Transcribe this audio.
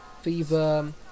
fever